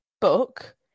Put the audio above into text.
book